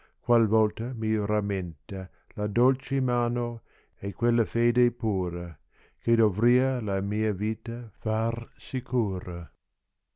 qual tolta mi rammenta la dolce mano e quella fede pura che dovrìa la mia vita far sicura